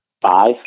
Five